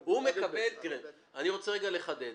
אני רוצה רגע לחדד,